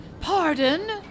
Pardon